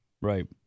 Right